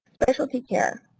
specialty care,